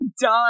done